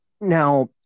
now